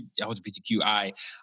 LGBTQI